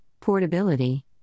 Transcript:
Portability